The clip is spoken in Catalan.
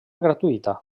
gratuïta